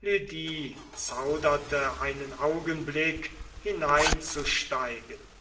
lydie zauderte einen augenblick hineinzusteigen